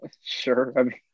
sure